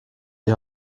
die